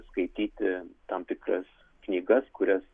skaityti tam tikras knygas kurios